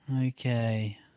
Okay